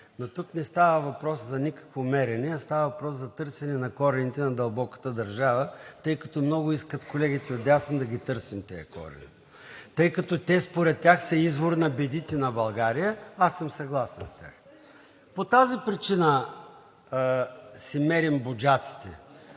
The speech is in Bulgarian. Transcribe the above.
Но тук не става въпрос за никакво мерене, а става въпрос за търсене на корените на дълбоката държава. Тъй като много искат колегите отдясно да ги търсим тези корени, тъй като те според тях са извор на бедите на България, аз съм съгласен с тях. По тази причина си мерим „буджаците“.